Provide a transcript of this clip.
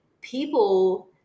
people